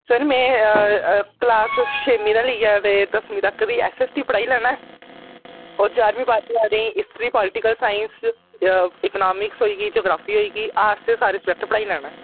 sir में class छेमी दा लेइयै ते दसमीं तक दी ऐसऐस टी पढ़ाई लैना और जारमीं बाह्रमीं आहलें ई हिस्ट्री पालिटिकल साईंस इक्नामिकस होई एई जोग्राफी होई एई आर्टस च सारे सब्जैक्ट पढ़ाई लैना